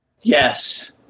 Yes